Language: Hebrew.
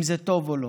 אם זה טוב או לא.